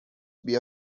بیا